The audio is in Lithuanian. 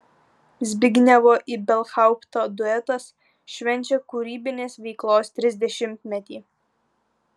zbignevo ibelhaupto duetas švenčia kūrybinės veiklos trisdešimtmetį